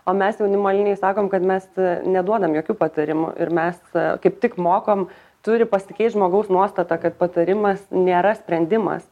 o mes jaunimo linijoj sakom kad mes neduodam jokių patarimų ir mes kaip tik mokom turi pasikeist žmogaus nuostata kad patarimas nėra sprendimas